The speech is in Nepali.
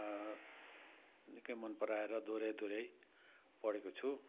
निकै मनपराएर दोहोर्याइ दोहोर्याइ पढेको छु